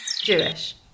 Jewish